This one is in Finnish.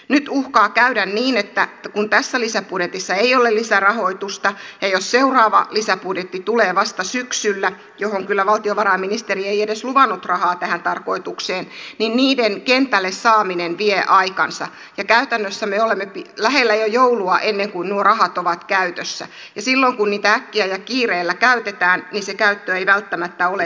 nyt uhkaa käydä niin että kun tässä lisäbudjetissa ei ole lisärahoitusta ja jos seuraava lisäbudjetti tulee vasta syksyllä johon kyllä valtiovarainministeri ei edes luvannut rahaa tähän tarkoitukseen niin niiden kentälle saaminen vie aikansa ja käytännössä me olemme jo lähellä joulua ennen kuin nuo rahat ovat käytössä ja silloin kun niitä äkkiä ja kiireellä käytetään niin se käyttö ei välttämättä ole tehokkainta